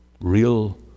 real